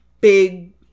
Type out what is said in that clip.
big